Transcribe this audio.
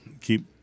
keep